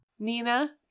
Nina